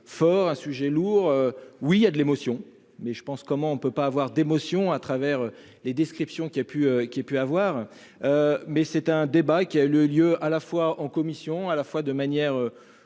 fort un sujet lourd. Oui il y a de l'émotion. Mais je pense comment on peut pas avoir d'émotion à travers les descriptions qui a pu qu'il ait pu avoir. Mais c'est un débat qui a eu le lieu à la fois en commission à la fois de manière